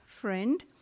friend